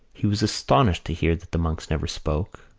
he was astonished to hear that the monks never spoke,